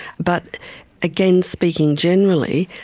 but again, speaking generally,